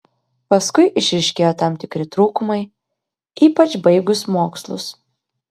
paskui išryškėjo tam tikri trūkumai ypač baigus mokslus